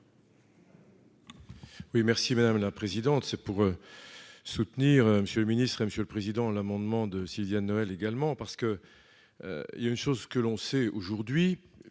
merci madame la présidente, c'est pour soutenir Monsieur le Ministre, est Monsieur le Président l'amendement de Sylviane Noël également parce que il y a une chose que l'on sait aujourd'hui